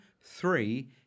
three